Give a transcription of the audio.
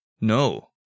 No